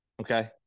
okay